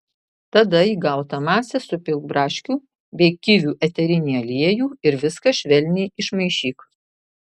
tada į gautą masę supilk braškių bei kivių eterinį aliejų ir viską švelniai išmaišyk